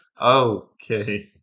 Okay